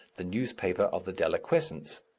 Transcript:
the newspaper of the deliquescence,